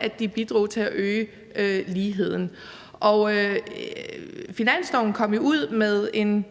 at de bidrog til at øge ligheden. Finansloven kom jo ud med en